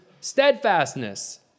steadfastness